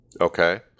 okay